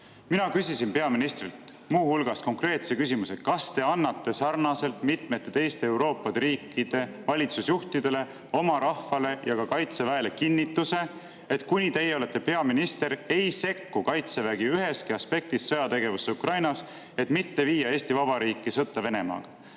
Mina küsisin peaministrilt muu hulgas konkreetse küsimuse: "Kas te annate sarnaselt mitmete teiste Euroopa riikide valitsusjuhtidega oma rahvale ja ka Kaitseväele kinnituse, et kuni teie olete peaminister, ei sekku Kaitsevägi üheski aspektis sõjategevusse Ukrainas, et mitte viia Eesti Vabariiki sõtta Venemaaga?"